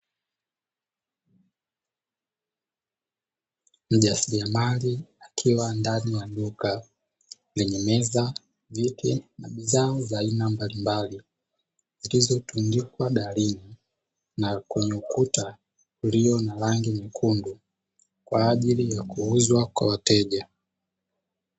Mjasiliamari akiwa ndani ya duka lenye meza, viti na bidhaa za aina mbalimbali zilizotundikwa darini na kwenye ukuta ulio na rangi nyekundu kwa ajili ya kuuzwa kwa wateja.